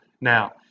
now